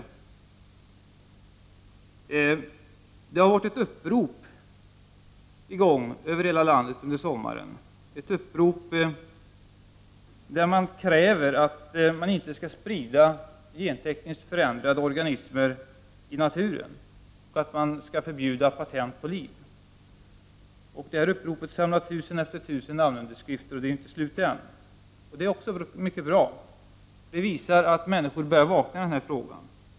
Under sommaren har det gått ett upprop över hela landet där man kräver att gentekniskt förändrade organismer inte skall spridas i naturen och patent på liv skall förbjudas. Det uppropet har samlat tusen och åter tusen namnunderskrifter, och det är inte slut än. Det är mycket bra. Det visar att människor har börjat vakna i denna fråga.